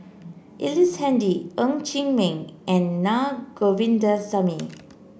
Ellice Handy Ng Chee Meng and Na Govindasamy